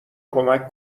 کمک